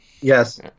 Yes